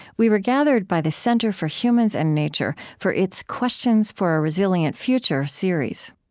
we were gathered by the center for humans and nature for its questions for a resilient future series